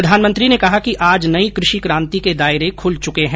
प्रधानमंत्री ने कहा कि आज नई कृषि क्रांति के दायरे खूल चूके हैं